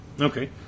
Okay